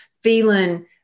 feeling